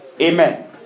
Amen